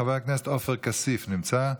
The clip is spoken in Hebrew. חבר הכנסת עופר כסיף, נמצא?